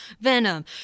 Venom